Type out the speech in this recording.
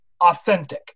authentic